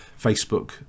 Facebook